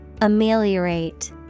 Ameliorate